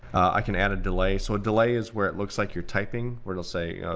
i can add a delay. so a delay is where it looks like you're typing, where it'll say,